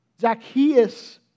Zacchaeus